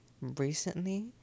recently